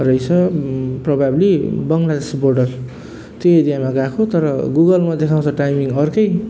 रहेछ probably Bangladesh border त्यो एरियामा गएको तर गुगलमा देखाउँछ टाइमिङ अर्कै